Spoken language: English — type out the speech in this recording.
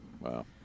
Wow